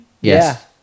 yes